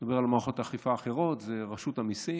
אני מדבר על מערכות האכיפה האחרות, רשות המיסים,